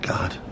God